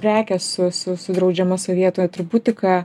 prekės su su su draudžiama sovietų atributika